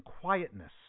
quietness